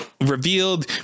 revealed